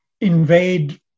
invade